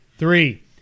Three